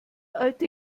alte